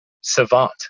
savant